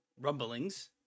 rumblings